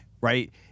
right